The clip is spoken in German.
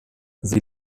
sie